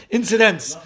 incidents